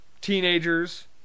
teenagers